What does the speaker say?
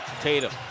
Tatum